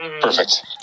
Perfect